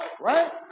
Right